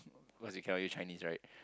because you cannot use Chinese right